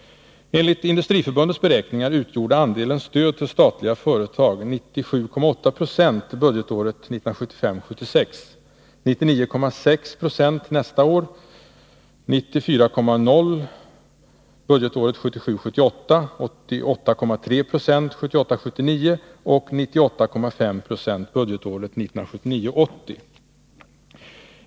Enligt Industriförbundets beräkningar utgjorde andelen stöd till Allmänpolitisk statliga företag 97,8 26 budgetåret 1975 78, 88,3 Jo budgetåret 1978 80.